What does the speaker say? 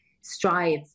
strive